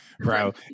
bro